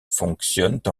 fonctionnent